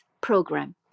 program